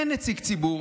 אין נציג ציבור.